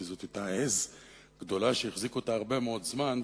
כי זאת היתה עז גדולה שהחזיקו אותה הרבה מאוד זמן,